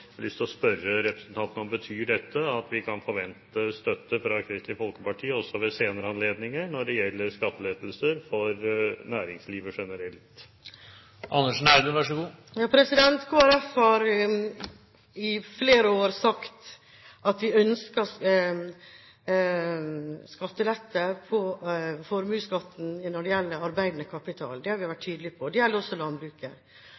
har lyst til å spørre representanten: Betyr dette at vi kan forvente støtte fra Kristelig Folkeparti også ved senere anledninger når det gjelder skattelettelser for næringslivet generelt? Kristelig Folkeparti har i flere år sagt at vi ønsker skattelette på formuesskatten når det gjelder arbeidende kapital. Det har vi